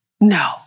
No